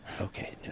Okay